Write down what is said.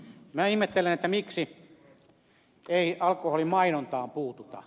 minä ihmettelen miksi ei alkoholin mainontaan puututa